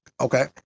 Okay